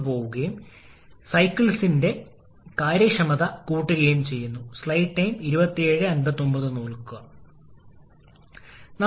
5 𝑘𝐽𝑘𝑔 അതിനാൽ compressor work ആവശ്യകത അല്ലെങ്കിൽ നിർദ്ദിഷ്ട കംപ്രഷൻ വർക്ക് ആവശ്യകത നമ്മൾക്കറിയാം